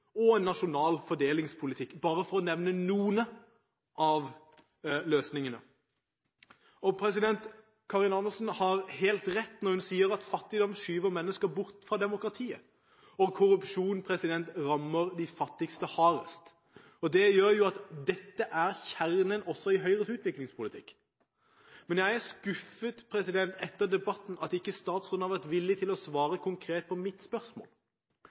og en nasjonal fordelingspolitikk – bare for å nevne noen av løsningene. Karin Andersen har helt rett når hun sier at fattigdom skyver mennesker bort fra demokratiet, og korrupsjon rammer de fattigste hardest. Det gjør at dette er kjernen i Høyres utviklingspolitikk. Jeg er skuffet over at statsråden i løpet av debatten ikke har vært villig til å svare konkret på mitt spørsmål.